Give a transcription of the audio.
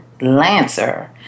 Lancer